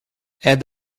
add